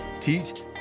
teach